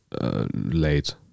Late